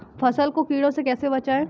फसल को कीड़ों से कैसे बचाएँ?